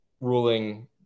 ruling